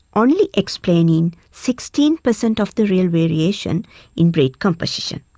only explaining sixteen percent of the real variation in breed composition.